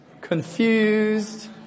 Confused